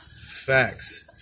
Facts